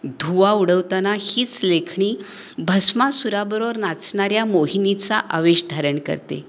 धुव्वा उडवताना हीच लेखणी भस्मासुराबरोवर नाचणाऱ्या मोहिनीचा आवेश धारण करते